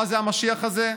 מה זה המשיח הזה?